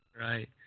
Right